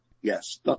Yes